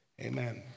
Amen